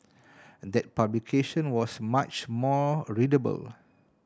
that publication was much more readable